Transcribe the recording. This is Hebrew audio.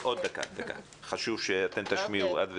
חשוב שאתן תשמיעו, את וטלי.